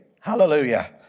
Hallelujah